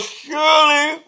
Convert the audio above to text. surely